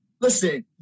Listen